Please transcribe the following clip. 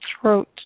throat